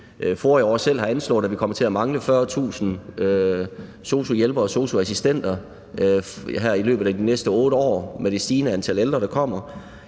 udfordring. FOA har selv anslået, at vi kommer til at mangle 40.000 sosu-hjælpere og sosu-assistenter her i løbet af de næste 8 år med det stigende antal ældre, der kommer,